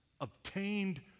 obtained